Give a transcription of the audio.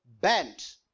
bent